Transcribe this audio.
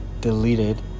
deleted